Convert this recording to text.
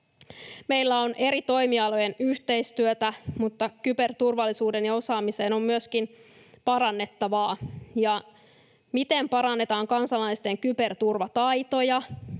Meillä on eri toimialojen yhteistyötä, mutta kyberturvallisuudessa ja -osaamisessa on myöskin parannettavaa: miten parannetaan kansalaisten kyberturvataitoja